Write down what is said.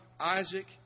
Isaac